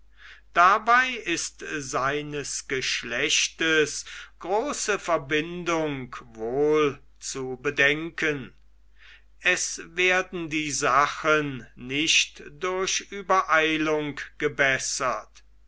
dabei ist seines geschlechtes große verbindung wohl zu bedenken es werden die sachen nicht durch übereilung gebessert